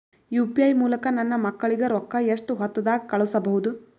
UPI ಮೂಲಕ ನನ್ನ ಮಕ್ಕಳಿಗ ರೊಕ್ಕ ಎಷ್ಟ ಹೊತ್ತದಾಗ ಕಳಸಬಹುದು?